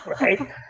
right